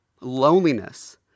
loneliness